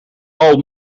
all